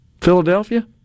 Philadelphia